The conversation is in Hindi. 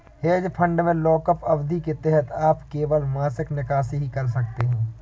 हेज फंड में लॉकअप अवधि के तहत आप केवल मासिक निकासी ही कर सकते हैं